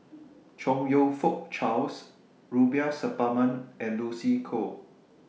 Chong YOU Fook Charles Rubiah Suparman and Lucy Koh